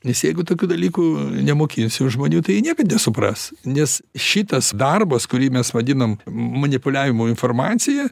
nes jeigu tokių dalykų nemokinsi žmonių tai niekad nesupras nes šitas darbas kurį mes vadinam manipuliavimu informacija